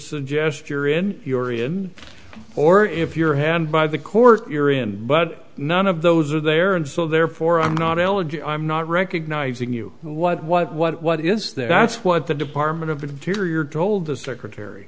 suggest you're in your ian or if your hand by the court you're in but none of those are there and so therefore i'm not elegy i'm not recognizing you what what what what is that that's what the department of interior told the secretary